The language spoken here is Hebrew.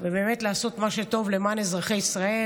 ובאמת לעשות מה שטוב למען אזרחי ישראל.